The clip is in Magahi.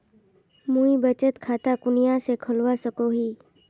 मुई बचत खता कुनियाँ से खोलवा सको ही?